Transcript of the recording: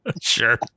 sure